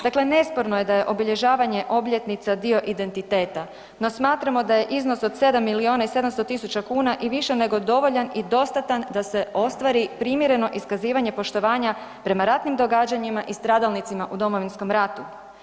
Dakle, nesporno je da je obilježavanje obljetnica dio identiteta, no smatramo da je iznos od 7 milijuna i 700 tisuća kuna i više nego dovoljan i dostatan da se ostvari primjereno iskazivanje poštovanja prema ratnim događanjima i stradalnicima u Domovinskom ratu.